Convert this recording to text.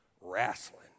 wrestling